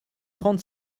trente